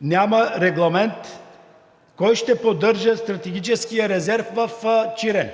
няма регламент кой ще поддържа стратегическия резерв в Чирен?